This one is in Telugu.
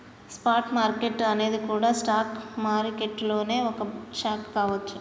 స్పాట్ మార్కెట్టు అనేది గూడా స్టాక్ మారికెట్టులోనే ఒక శాఖ కావచ్చు